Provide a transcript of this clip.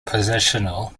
positional